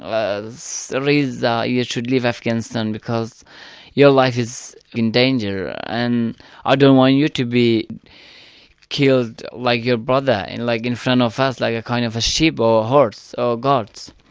reza you should leave afghanistan because your life is in danger, and i don't want you to be killed like your brother and like in front of us like a kind of a sheep or a horse or goats'.